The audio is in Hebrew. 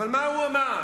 אבל מה הוא אמר?